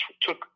took